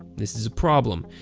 this is a problem,